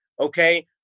Okay